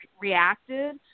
reacted